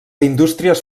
indústries